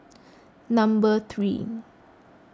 number three